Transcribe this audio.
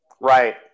Right